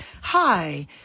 Hi